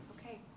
Okay